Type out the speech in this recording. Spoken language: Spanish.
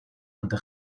ante